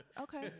okay